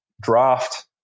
draft